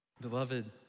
Beloved